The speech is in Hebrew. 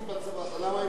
למה הם לא שווים?